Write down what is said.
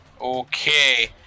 Okay